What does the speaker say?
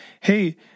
Hey